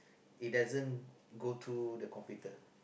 it doesn't go through the computer